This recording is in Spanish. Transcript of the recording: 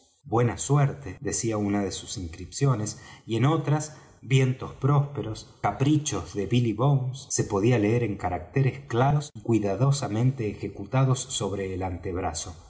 buena suerte decía una de sus inscripciones y en otras vientos prósperos caprichos de billy bones se podía leer en caracteres claros y cuidadosamente ejecutados sobre el antebrazo